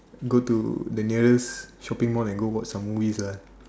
and go to the nearest shopping Mall and go watch some movies lah